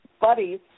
buddies